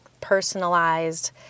personalized